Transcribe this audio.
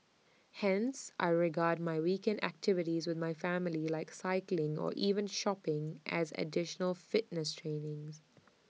hence I regard my weekend activities with my family like cycling or even shopping as additional fitness training